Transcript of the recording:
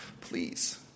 Please